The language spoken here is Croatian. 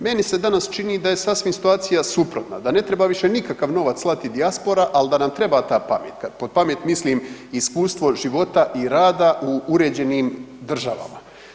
Meni se danas čini da je sasvim situacija suprotna, da ne treba više nikakav novac slati dijaspora, al da nam treba taj pamet, pod pamet mislim iskustvo života i rada u uređenim državama.